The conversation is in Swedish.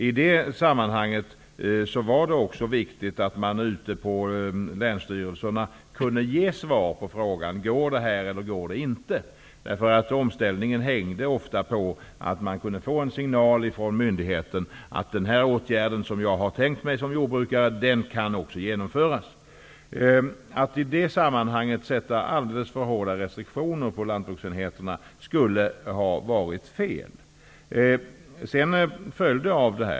I det sammanhanget var det också viktigt att man ute på länsstyrelserna kunde ge svar på frågan om vissa saker går eller inte går. Om man skulle genomföra en omställning hängde ofta på om man kunde få en signal från myndigheten om att den åtgärd som man som jordbrukare hade tänkt sig också kunde genomföras. Att i det sammanhanget sätta alldeles för hårda restriktioner på lantbruksenheterna skulle ha varit fel.